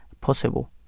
possible